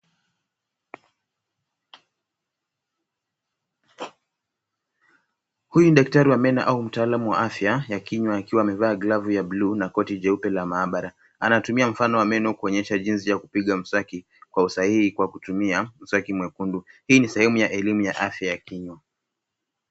Huyu ni daktari wa meno au mtaaalam wa afya ya kinywa akiwa amevaa glavu ya buluu na koti la maabara. Anatumia mfano wa meno kuonyesha jinsi ya kupiga mswaki kwa usahihi kwa kutumia mswaki mwekundu. Hii ni sehemu ya elimu ya afya ya kinywa.